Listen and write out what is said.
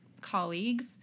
colleagues